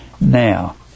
Now